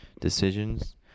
decisions